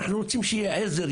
אנחנו רוצים שיהיה עזר,